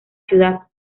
ciudad